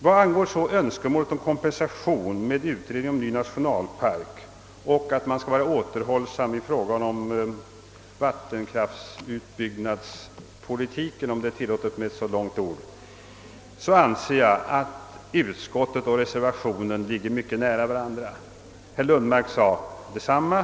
När det gäller önskemålet om kompensation genom utredning om en ny nationalpark och återhållsamhet i fråga om vattenkraftsutbyggnadspolitiken — om det tillåtes mig att använda ett så långt ord — anser jag att utskottsutlåtandet och reservationen ligger mycket nära varandra, och herr Lundmark sade också detsamma.